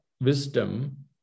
wisdom